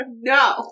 No